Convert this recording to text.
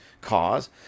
cause